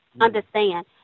understand